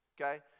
okay